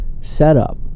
setup